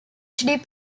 phd